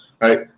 right